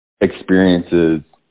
experiences